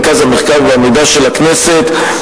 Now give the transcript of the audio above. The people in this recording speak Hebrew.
מרכז המחקר והמידע של הכנסת,